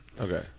Okay